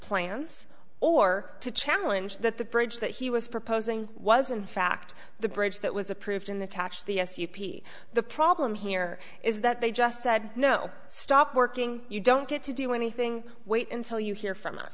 plans or to challenge that the bridge that he was proposing was in fact the bridge that was approved in the tach the s u v the problem here is that they just said no stop working you don't get to do anything wait until you hear from us